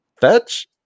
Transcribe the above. Fetch